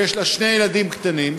שיש לה שני ילדים קטנים,